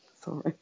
Sorry